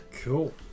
Cool